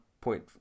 point